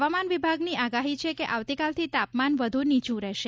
હવામાન વિભાગની આગાહી છે કે આવતીકાલથી તાપમાન વધુ નીચું રહેશે